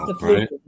Right